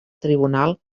tribunal